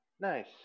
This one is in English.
Nice